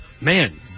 man